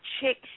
chick